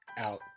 out